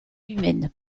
humaine